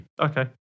Okay